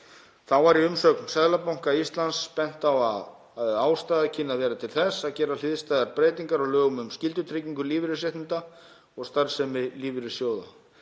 Þá var í umsögn Seðlabanka Íslands bent á að ástæða kynni að vera til þess að gera hliðstæðar breytingar á lögum um skyldutryggingu lífeyrisréttinda og starfsemi lífeyrissjóða.